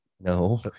No